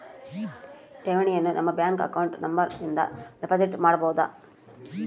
ಠೇವಣಿಯನು ನಮ್ಮ bank account number ಇಂದ ಡೆಪೋಸಿಟ್ ಮಾಡ್ಬೊದು